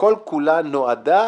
שכל כולה נועדה